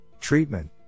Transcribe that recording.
treatment